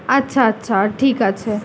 আচ্ছা আচ্ছা ঠিক আছে